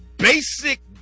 basic